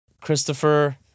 Christopher